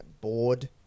bored